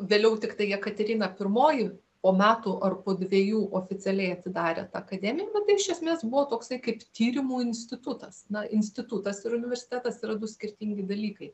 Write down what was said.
vėliau tiktai jekaterina pirmoji po metų ar po dvejų oficialiai atidarė tą akademiją nu tai iš esmės buvo toksai kaip tyrimų institutas na institutas ir universitetas yra du skirtingi dalykai